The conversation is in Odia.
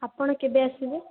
ଆପଣ କେବେ ଆସିବେ